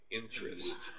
interest